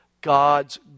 God's